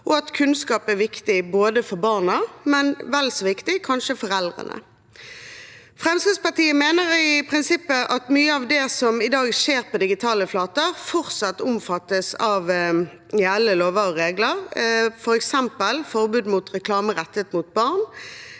og at kunnskap er viktig for barna, men kanskje vel så viktig for foreldrene. Fremskrittspartiet mener i prinsippet at mye av det som i dag skjer på digitale flater, fortsatt omfattes av gjeldende lover og regler, f.eks. forbud mot reklame rettet mot barn